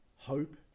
hope